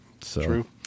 True